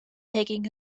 taking